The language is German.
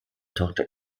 tochter